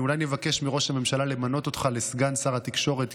אולי אני אבקש מראש הממשלה למנות אותך לסגן שר התקשורת,